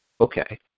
Okay